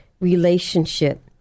relationship